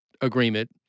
agreement